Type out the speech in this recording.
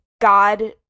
God